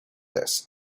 this